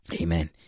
amen